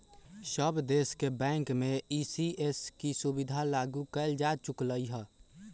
सब देश के बैंक में ई.सी.एस के सुविधा लागू कएल जा चुकलई ह